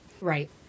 Right